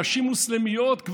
נשים מוסלמיות,